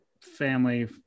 family